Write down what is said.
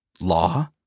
law